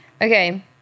Okay